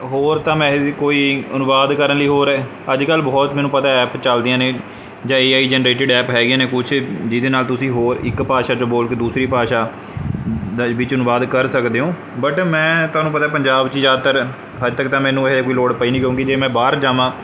ਹੋਰ ਤਾਂ ਮੈਂ ਕੋਈ ਅਨੁਵਾਦ ਕਰਨ ਲਈ ਹੋਰ ਅੱਜ ਕੱਲ੍ਹ ਬਹੁਤ ਮੈਨੂੰ ਪਤਾ ਚੱਲਦੀਆਂ ਨੇ ਜਾਂ ਏ ਆਈ ਜਨਰੇਟਰ ਐਪ ਹੈਗੇ ਨੇ ਕੁਛ ਜਿਹਦੇ ਨਾਲ ਤੁਸੀਂ ਹੋਰ ਇੱਕ ਭਾਸ਼ਾ 'ਚ ਬੋਲ ਕੇ ਦੂਸਰੀ ਭਾਸ਼ਾ ਦੇ ਵਿੱਚ ਅਨੁਵਾਦ ਕਰ ਸਕਦੇ ਹੋ ਬਟ ਮੈਂ ਤੁਹਾਨੂੰ ਪਤਾ ਪੰਜਾਬ 'ਚ ਜ਼ਿਆਦਾਤਰ ਅਜੇ ਤੱਕ ਤਾਂ ਮੈਨੂੰ ਇਹ ਕੋਈ ਲੋੜ ਪਈ ਕਿਉਂਕਿ ਜੇ ਮੈਂ ਬਾਹਰ ਜਾਵਾਂ